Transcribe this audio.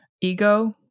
ego